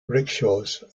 rickshaws